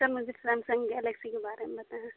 سر مجھے Samsung Galaxy کے بارے میں بتائیں